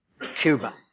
Cuba